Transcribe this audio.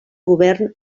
govern